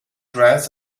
dress